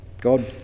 God